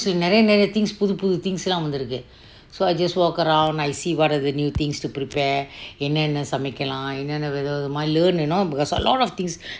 நறிய நறிய:nariya nariya things புது புது:putu putu things lah வான்தேர்க்கே:vanterekke so I just walk around I see what are the new things to prepare என்ன என்ன சமேக்கியெலா என்ன என்ன வகை வகை:enna enna camekkiyilaa enna enna vakai vakai ah I learn you know because a lot of things